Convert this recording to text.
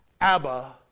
abba